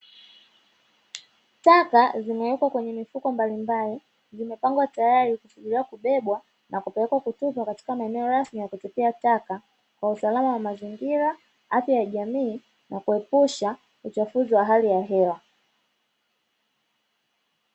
Taka zimewekwa kwenye mifuko mbalimbali zimepangwa tayari kusubiri kubebwa na kupelekwa kutupwa katika maeneo rasmi ya kutupia taka kwa usalama wa mazingira, afya ya jamii na kuepusha uchafuzi wa hali ya hewa.